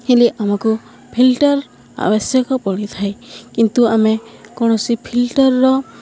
ହେଲେ ଆମକୁ ଫିଲ୍ଟର ଆବଶ୍ୟକ ପଡ଼ିଥାଏ କିନ୍ତୁ ଆମେ କୌଣସି ଫିଲ୍ଟରର